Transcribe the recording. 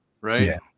right